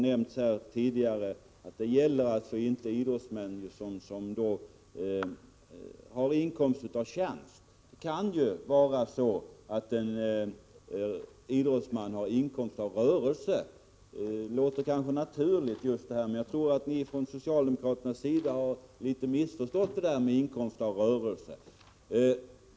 Som tidigare framhållits gäller det inte idrottsmän som har inkomst av tjänst. En idrottsman kan ju ha inkomst av rörelse. Jag tror att ni socialdemokrater har missförstått det där med inkomst av rörelse.